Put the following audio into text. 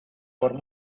por